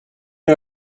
out